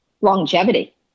longevity